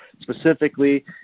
specifically